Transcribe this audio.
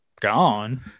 gone